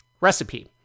recipe